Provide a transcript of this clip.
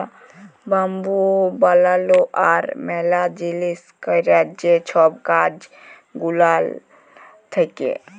bamboo বালালো আর ম্যালা জিলিস ক্যরার যে ছব কাজ গুলান থ্যাকে